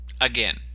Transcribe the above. Again